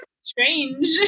strange